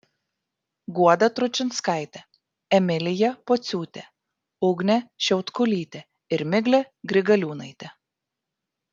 guoda tručinskaitė emilija pociūtė ugnė šiautkulytė ir miglė grigaliūnaitė